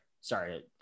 sorry